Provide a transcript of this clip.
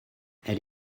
elles